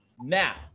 Now